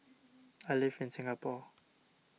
I live in Singapore